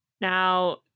now